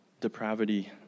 depravity